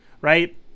right